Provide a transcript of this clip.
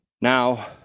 Now